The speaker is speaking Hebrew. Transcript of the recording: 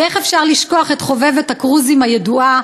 ואיך אפשר לשכוח את חובבת הקרוזים הידועה?